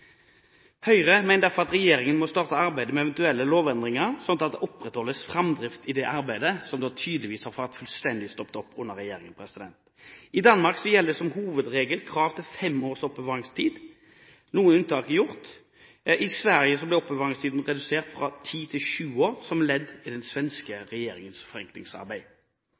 Høyre mener derfor at regjeringen må starte arbeidet med eventuelle lovendringer, slik at det opprettholdes framdrift i dette arbeidet, som tydeligvis fullstendig har stoppet opp under denne regjeringen. I Danmark gjelder som hovedregel krav om fem års oppbevaringstid. Noen unntak er gjort. I Sverige ble oppbevaringstiden redusert fra ti til sju år som ledd i den svenske regjeringens forenklingsarbeid.